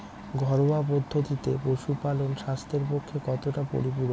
ঘরোয়া পদ্ধতিতে পশুপালন স্বাস্থ্যের পক্ষে কতটা পরিপূরক?